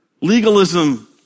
Legalism